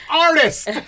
artist